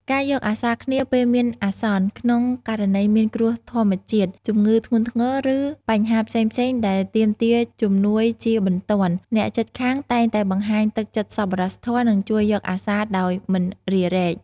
ការយកអាសារគ្នាពេលមានអាសន្ន ក្នុងករណីមានគ្រោះធម្មជាតិ ជម្ងឺធ្ងន់ធ្ងរ ឬបញ្ហាផ្សេងៗដែលទាមទារជំនួយជាបន្ទាន់ អ្នកជិតខាងតែងតែបង្ហាញទឹកចិត្តសប្បុរសធម៌ និងជួយយកអាសារដោយមិនរារែក។